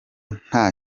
nta